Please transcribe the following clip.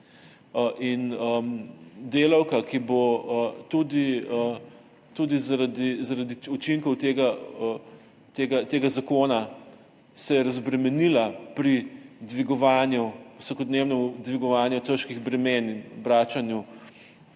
Delavka, ki se bo tudi zaradi učinkov tega zakona razbremenila pri vsakodnevnem dvigovanju težkih bremen in obračanju